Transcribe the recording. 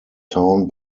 town